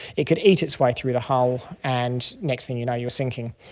it could eat its way through the hull and next thing you know you were sinking.